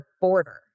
border